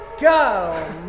Go